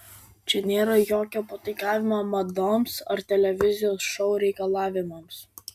čia nėra jokio pataikavimo madoms ar televizijos šou reikalavimams